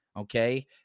okay